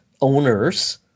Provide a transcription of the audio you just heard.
owners